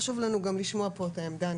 חשוב לנו גם לשמוע פה את העמדה של המל"ג,